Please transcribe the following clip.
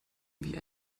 wie